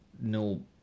no